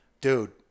dude